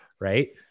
Right